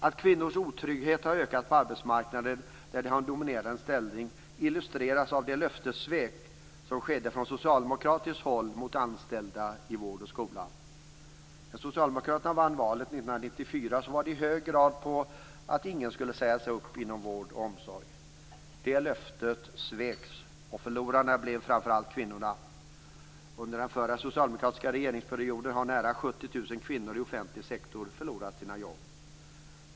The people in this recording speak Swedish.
Att kvinnors otrygghet har ökat på arbetsmarknader där de har en dominerande ställning illustreras av det löftessvek som skedde från socialdemokratiskt håll mot anställda i vård och skola. Socialdemokraterna vann valet 1994 i hög grad på löftet att ingen skulle sägas upp inom vård och omsorg. Det löftet sveks, och förlorarna blev framför allt kvinnorna. Under den socialdemokratiska regeringsperioden har nära 70 000 kvinnor i offentlig sektor förlorat sina jobb.